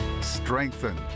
strengthen